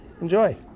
enjoy